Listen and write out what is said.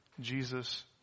Jesus